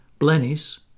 blennies